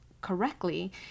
correctly